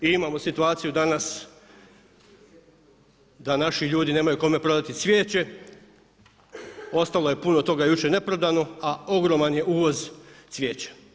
I imamo situaciju danas da naši ljudi nemaju kome prodati cvijeće, ostalo je puno toga jučer ne prodano, a ogroman je uvoz cvijeća.